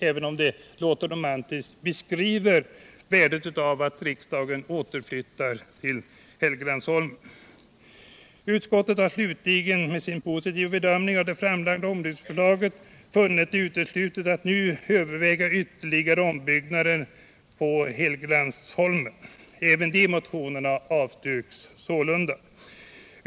även om det jag citerat låter romantiskt — beskriver värdet av att riksdagen återflyttar till Helgeandsholmen. Med sin positiva bedömning av det framlagda ombyggnadsförslaget har utskottet slutligen funnit det uteslutet att nu överväga ytterligare ombyggnadsplaner för Helgeandsholmen. Även de motioner som avsett detta avstyrker utskottet sålunda.